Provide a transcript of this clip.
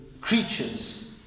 creatures